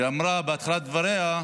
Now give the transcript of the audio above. ואמרה בתחילת דבריה: